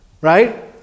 right